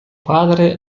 padre